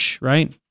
right